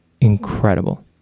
incredible